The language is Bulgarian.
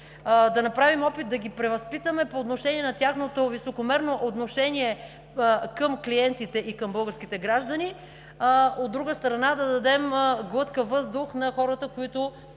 да направим опит да ги превъзпитаме по отношение на тяхното високомерно отношение към клиентите и към българските граждани, от друга страна, да дадем глътка въздух на хората, които